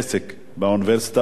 באוניברסיטאות בדמשק.